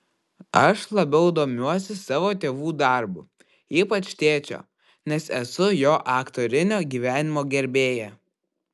aš labiau domiuosi savo tėvų darbu ypač tėčio nes esu jo aktorinio gyvenimo gerbėja